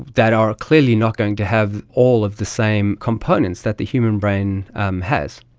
that are clearly not going to have all of the same components that the human brain um has.